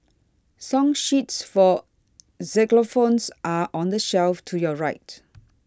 song sheets for xylophones are on the shelf to your right